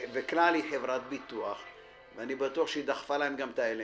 "כלל" היא חברת ביטוח ואני בטוח שהיא דחפה להם גם את האלמנט.